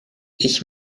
ich